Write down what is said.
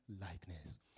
likeness